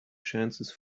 chances